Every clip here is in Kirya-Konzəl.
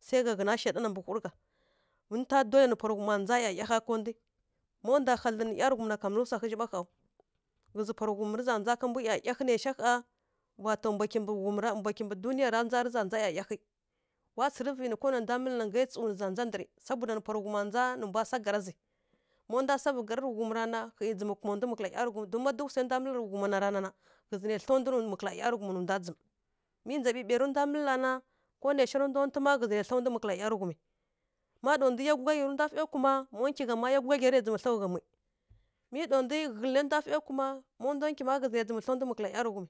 Swa gha wunǝ satan mɓǝ wur gha nǝ ta dolǝ nǝ pa rǝ ghum nja iyayaghǝ ndǝ ma nda hadlǝn nǝ ˈyaraghum na ka mǝl swa ghǝzǝ mɓa ghɑw ghǝzǝ pa rǝ ghum tǝ nja mbwa iyayaghǝ nǝ sha hya wa to mbwa kimɓǝ ghum kimɓǝ duniya tǝ nja iyayaghǝ wa tsǝrǝvǝ nǝ nda mǝl nǝ za nja ndǝr saboda nǝ pa ri ghum nja nǝ mbwa swa garazǝ ma nda savǝ gara ta ghum tana hyi jim kuma nda kǝl ˈyaraghum domin duk nda mǝl tǝ ghum ta na ghǝ zǝ nǝ jim tlǝ nda mu kuma ˈyaraghum nǝ nda jim mǝ njabǝbai ri nda mǝl ta na ko nǝ sha tǝ nda ntǝ ghǝzǝ nǝ tla nda mu kǝl ˈyaraghum ma ra nda ˈyagughyi nǝ nda fǝ kuma ma ntǝghǝ gha ma ˈyagughyi ra nǝ jim tla gha mu mǝ ɗa nda ghǝlǝ nǝ nda fǝ kuma ma nda ntǝghǝ ghǝzǝ nǝ jim tlǝ ndǝ mu kǝla ˈyaraghum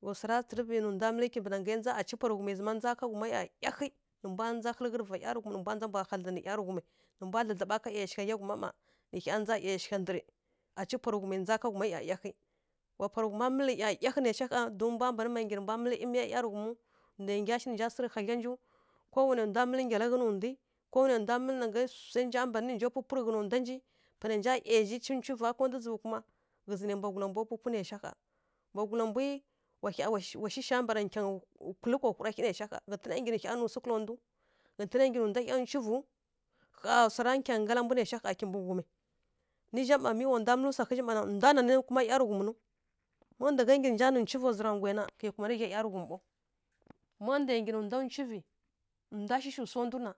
hya swa ra tsǝrǝvǝ nǝ nda mǝl kimɓǝ nǝ nja aca pa rǝ ghum zǝma nja wu ma iyayaghǝ nǝ nja ghǝlighǝ ta vǝ ˈyaraghum nǝ nja mbwa hadlǝn nǝ ˈyaraghum nǝ mbwa dlǝdlǝɓǝ yausghǝ ˈyaa mma nǝ gha nja yausgha ndǝr aca pa rǝ ghuma wa pa rǝ ghum mǝl iyayaghǝ domin mbwa ma gyi nǝ mbwa mǝl miya ˈyaraghum nda gǝshǝw nǝ nja swǝ tǝ hadlya nja mǝl pa nǝ mɓanǝ pupu tǝ nda mbwagula wa shǝ shǝ mbara kǝyǝngǝ kulǝ kwa wura hyi nǝshgha ghǝtǝn nyi nyi nda hyi cuvǝ hya swara kǝyangǝ gala mbwa gha mɓǝ ghum nǝ za ma mǝ wa nda mǝl swa ghǝzǝ ma nda nǝnǝ kuma ˈyaraghum nu ma nda gha gyǝ cuva zǝra gwǝyǝ nǝ kǝ kumanǝ jim kǝla ˈyaraghum mbaw ma nda gyǝ nǝ nda cuvǝ nda shǝshǝ swa ndu na